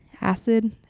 Acid